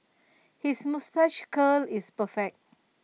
his moustache curl is perfect